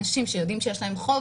אני הכרתי באנשים שיודעים שיש להם חוב